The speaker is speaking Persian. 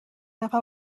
نفر